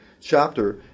chapter